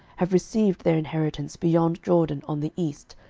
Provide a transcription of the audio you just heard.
have received their inheritance beyond jordan on the east,